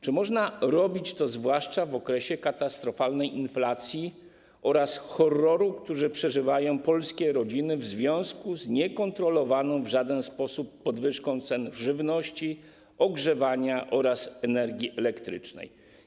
Czy można to robić zwłaszcza w okresie katastrofalnej inflacji oraz horroru, który polskie rodziny przeżywają w związku z niekontrolowaną w żaden sposób podwyżką cen żywności, ogrzewania oraz energii elektrycznej?